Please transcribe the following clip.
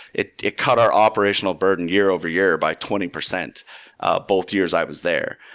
it it cut our operational burden year over year by twenty percent ah both years i was there.